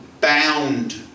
bound